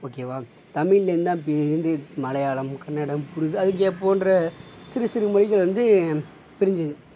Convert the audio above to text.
ஓகேவா தமிழில் இருந்து தான் ஹிந்தி மலையாளம் கன்னடம் உருது அத போன்ற சிறு சிறு மொழிகள் வந்து பிரிஞ்சிது